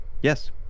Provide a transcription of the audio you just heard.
Yes